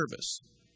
service